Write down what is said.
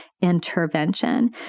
intervention